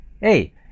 hey